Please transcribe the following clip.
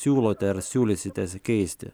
siūlote ar siūlysite keisti